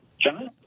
John